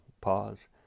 pause